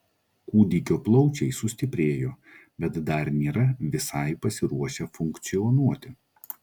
kūdikio plaučiai sustiprėjo bet dar nėra visai pasiruošę funkcionuoti